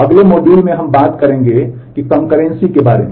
अगले मॉड्यूल में हम बात करेंगे कंकर्रेंसी के मामले में